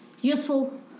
useful